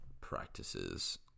practices